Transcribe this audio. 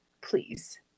please